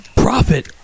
Profit